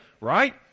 right